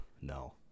no